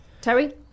Terry